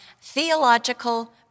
theological